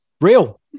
Real